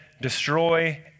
Destroy